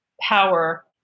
power